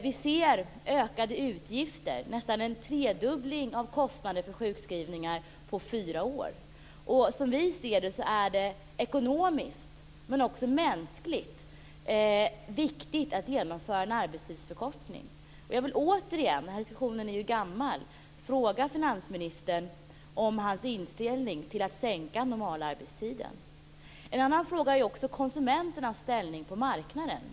Vi ser nu ökade utgifter - nästan en tredubbling av kostnaderna för sjukskrivningar på fyra år. Som vi ser saken är det både ekonomiskt och mänskligt viktigt att genomföra en arbetstidsförkortning. Jag vill återigen - den här diskussionen är ju gammal - fråga finansministern om hans inställning i fråga om att sänka normalarbetstiden. En annan fråga är konsumenternas ställning på marknaden.